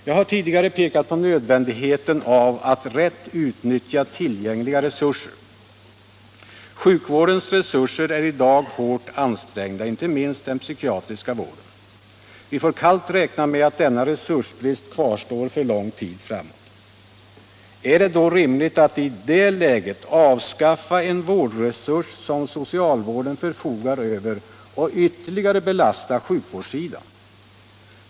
Jag har tidigare pekat på nödvändigheten av att rätt utnyttja tillgängliga resurser. Sjukvårdens resurser är i dag hårt ansträngda, inte minst den psykiatriska vårdens. Vi får kallt räkna med att denna resursbrist kvarstår för lång tid framåt. Är det rimligt att i det läget avskaffa en vårdresurs som socialvården förfogar över och ytterligare belasta sjukvårdssidan?